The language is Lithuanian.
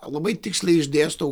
labai tiksliai išdėstau